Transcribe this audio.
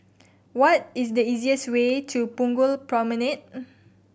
what is the easiest way to Punggol Promenade